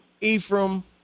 Ephraim